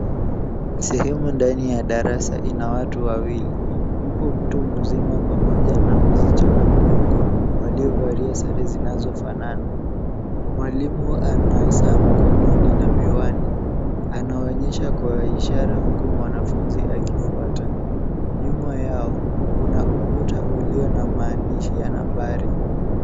Sehemu ndani ya darasa ina watu wawili, yupo mtu mzima pamoja na msichana mdogo walio valia sare zinazo fanana. Mwalimu ana saa mikononi na miwani. Ana waonyesha kwa ishara huku mwanafunzi aki fuata. Nyuma kuna ukuta ulio na maandishi ya nambari.